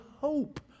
hope